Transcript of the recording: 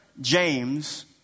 James